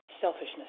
selfishness